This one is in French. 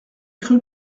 cru